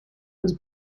was